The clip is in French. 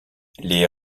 les